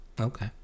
Okay